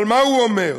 אבל מה הוא אומר?